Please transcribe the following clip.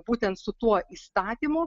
būtent su tuo įstatymu